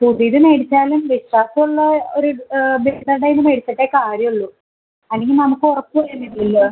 പുതിയത് മേടിച്ചാലും വിശ്വസമുള്ള ഒരു കടയിൽ നിന്ന് മേടിച്ചിട്ടേ കാര്യമുള്ളൂ അല്ലെങ്കിൽ നമൂക്ക് ഉറപ്പ് വരുന്നില്ലല്ലോ